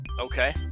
Okay